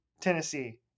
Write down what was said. Tennessee